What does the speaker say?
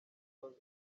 close